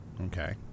Okay